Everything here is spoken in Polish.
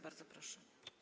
Bardzo proszę.